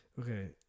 Okay